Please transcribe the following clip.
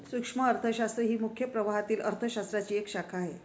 सूक्ष्म अर्थशास्त्र ही मुख्य प्रवाहातील अर्थ शास्त्राची एक शाखा आहे